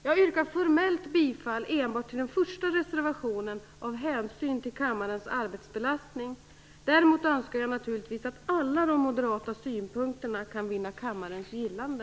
Jag yrkar formellt bifall enbart till den första reservationen, av hänsyn till kammarens arbetsbelastning. Däremot anser jag naturligtvis att alla de moderata synpunkterna kan vinna kammarens gillande.